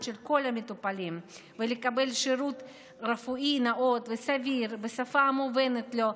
של כל המטופלים לקבל שירות רפואי נאות וסביר בשפה המובנת להם,